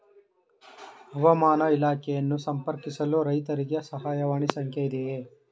ಹವಾಮಾನ ಇಲಾಖೆಯನ್ನು ಸಂಪರ್ಕಿಸಲು ರೈತರಿಗೆ ಸಹಾಯವಾಣಿ ಸಂಖ್ಯೆ ಇದೆಯೇ?